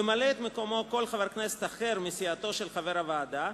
ימלא את מקומו כל חבר כנסת אחר מסיעתו של חבר הוועדה,